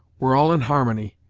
were all in harmony,